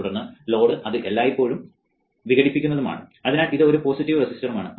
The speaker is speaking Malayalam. തുടർന്ന് ലോഡ് അത് എല്ലായ്പ്പോഴും വിഘടിപ്പിക്കുന്നതുമാണ് അതിനാൽ ഇത് ഒരു പോസിറ്റീവ് റെസിസ്റ്ററും ആണ്